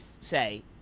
say